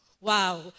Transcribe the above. Wow